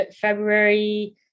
february